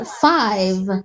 five